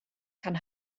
kann